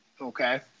Okay